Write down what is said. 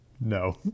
No